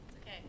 Okay